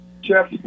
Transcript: Jeff